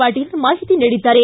ಪಾಟೀಲ್ ಮಾಹಿತಿ ನೀಡಿದ್ದಾರೆ